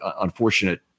unfortunate